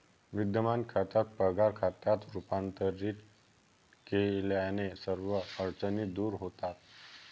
विद्यमान खात्याला पगार खात्यात रूपांतरित केल्याने सर्व अडचणी दूर होतात